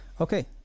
Okay